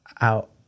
out